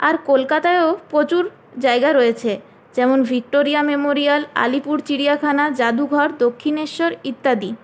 আর কলকাতায়ও প্রচুর জায়গা রয়েছে যেমন ভিক্টোরিয়া মেমোরিয়াল আলিপুর চিড়িয়াখানা জাদুঘর দক্ষিণেশ্বর ইত্যাদি